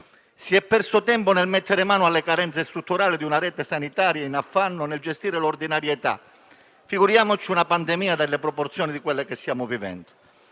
Si è perso tempo nel mettere mano alle carenze strutturali di una rete sanitaria in affanno nel gestire l'ordinarietà, figuriamoci una pandemia delle proporzioni di quelle che stiamo vivendo.